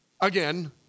Again